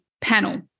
panel